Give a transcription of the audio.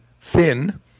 thin